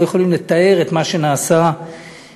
לא יכולים לתאר את מה שנעשה בגטאות,